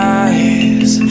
eyes